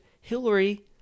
Hillary